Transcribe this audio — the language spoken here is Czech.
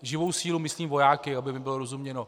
Živou silou myslím vojáky, aby mi bylo rozuměno.